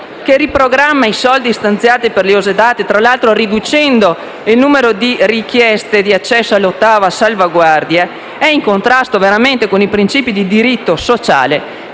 che riprogramma i soldi stanziati per gli esodati riducendo il numero di richieste di accesso all'ottava salvaguardia, è in contrasto con i principi di diritto sociali